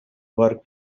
work